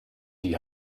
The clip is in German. die